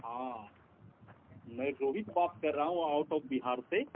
हाँ मैं शोभित बात कर रहा हूँ आउट ऑफ बिहार से